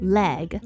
leg